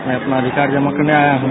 मैं अपना अधिकार जमा करने आया हूं